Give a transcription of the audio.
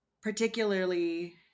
particularly